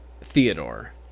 Theodore